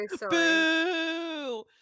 Boo